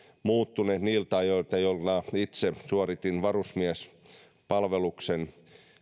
muuttuneet niiltä ajoilta jolloin itse suoritin varusmiespalveluksen